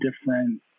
different